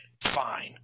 fine